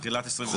תחילת 2024?